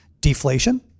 deflation